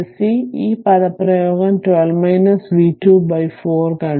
iSC ഈ പദപ്രയോഗം 12 v 2 by 4